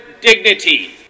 dignity